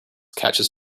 catches